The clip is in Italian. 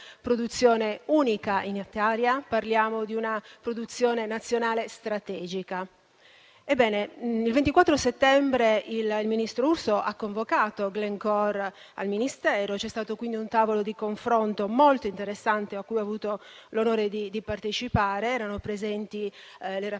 produzione unica in Italia, di una produzione nazionale strategica. Ebbene, il 24 settembre il ministro Urso ha convocato Glencore al Ministero. C'è stato quindi un tavolo di confronto molto interessante, a cui ho avuto l'onore di partecipare. Erano presenti le rappresentanze